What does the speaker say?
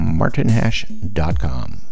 martinhash.com